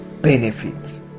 benefits